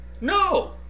No